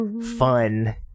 fun